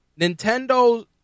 Nintendo